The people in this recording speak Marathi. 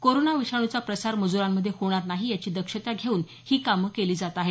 कोरोना विषाणूचा प्रसार मजूरांमध्ये होणार नाही याची दक्षता घेऊन ही कामं केली जात आहेत